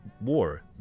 war